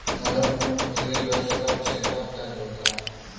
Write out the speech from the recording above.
भारत में फसली वर्ष कब से कब तक होता है?